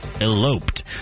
Eloped